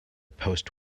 post